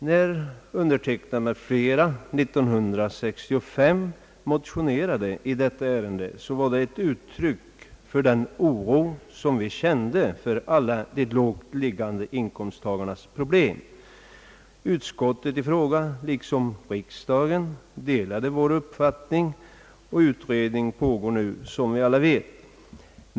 När jag och flera andra ledamöter 19635 motionerade i detta ärende, var ju detta ett uttryck för den oro vi kände för alla låga inkomsttagares problem. Utskottet i fråga liksom riksdagen delade vår uppfattning. Utredning pågår nu, som vi alla vet.